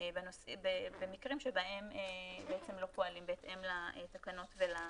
במקרים שבהם בעצם לא פועלים בהתאם לתקנות ולחקיקה.